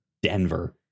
denver